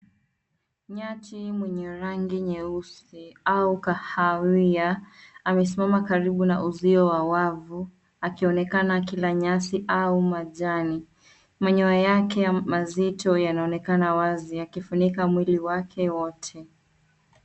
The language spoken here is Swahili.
Nyati mwenye rangi nyeusi au kahawia amesimama karibu na uzio wa wavu akionekana akila nyasi au majani. Manyoya yake mazito yanaonekana wazi yakifunika mwili wake wote.